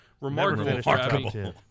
remarkable